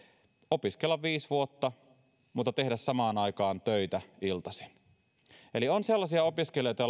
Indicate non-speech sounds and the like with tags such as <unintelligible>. opiskella viisi vuotta mutta tehdä samaan aikaan töitä iltaisin eli on sellaisia opiskelijoita <unintelligible>